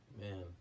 Man